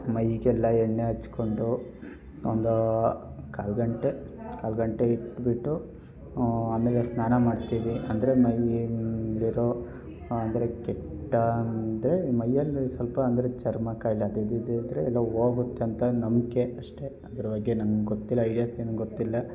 ಮೈಗೆಲ್ಲ ಎಣ್ಣೆ ಹಚ್ಕೊಂಡು ಒಂದು ಕಾಲು ಗಂಟೆ ಕಾಲು ಗಂಟೆ ಇಟ್ಬಿಟ್ಟು ಆಮೇಲೆ ಸ್ನಾನ ಮಾಡ್ತೀವಿ ಅಂದರೆ ಮೈಲಿರೋ ಅಂದರೆ ಕೆಟ್ಟ ಅಂದರೆ ಮೈಯ್ಯಲ್ಲಿ ಸ್ವಲ್ಪ ಅಂದರೆ ಚರ್ಮ ಕಾಯಿಲೆ ಅದು ಇದು ಇದು ಇದ್ದರೆ ಎಲ್ಲ ಹೋಗುತ್ತೆ ಅಂತ ನಂಬಿಕೆ ಅಷ್ಟೇ ಅದ್ರ ಬಗ್ಗೆ ನಂಗೆ ಗೊತ್ತಿಲ್ಲ ಐಡಿಯಸ್ ಏನೂ ಗೊತ್ತಿಲ್ಲ